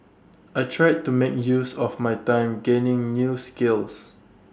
I tried to make use of my time gaining new skills